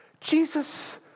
Jesus